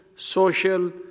social